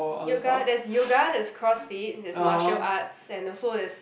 yoga there's yoga there's crossfit there's martial arts and also there's